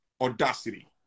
audacity